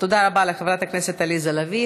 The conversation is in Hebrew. תודה רבה לחברת הכנסת עליזה לביא.